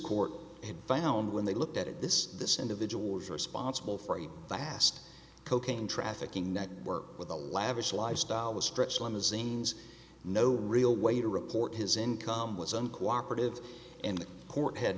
court found when they looked at it this this individual was responsible for a vast cocaine trafficking network with a lavish lifestyle with stretch limousines no real way to report his income was uncooperative and the court had